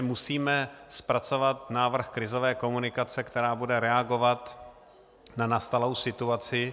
Musíme zpracovat návrh krizové komunikace, která bude reagovat na nastalou situaci.